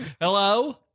Hello